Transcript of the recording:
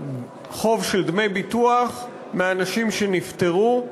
חוב של דמי ביטוח מאנשים שנפטרו,